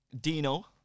Dino